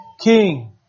king